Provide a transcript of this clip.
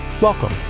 Welcome